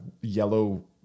yellow